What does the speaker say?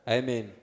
Amen